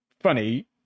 funny